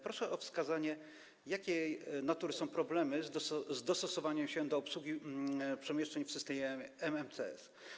Proszę o wskazanie, jakiej natury są problemy związane z dostosowaniem się do obsługi przemieszczeń w systemie EMCS.